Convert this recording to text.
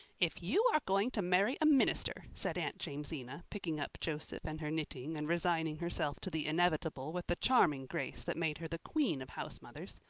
if you are going to marry a minister, said aunt jamesina, picking up joseph and her knitting and resigning herself to the inevitable with the charming grace that made her the queen of housemothers,